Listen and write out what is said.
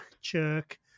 Chirk